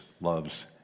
loves